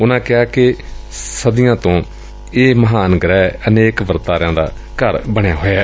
ਉਨਾਂ ਕਿਹਾ ਕਿ ਸਦੀਆਂ ਤੋਂ ਇਹ ਮਹਾਨ ਗੁਹਿ ਅਨੇਕ ਵਰਤਾਰਿਆਂ ਦਾ ਘਰ ਬਣਿਆ ਹੋਇਐ